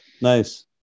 Nice